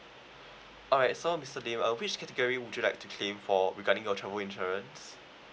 alright so mister lim uh which category would you like to claim for regarding your travel insurance